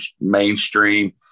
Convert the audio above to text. mainstream